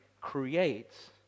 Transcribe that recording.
creates